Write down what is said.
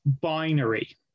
binary